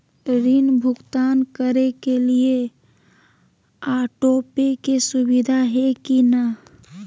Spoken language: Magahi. ऋण भुगतान करे के लिए ऑटोपे के सुविधा है की न?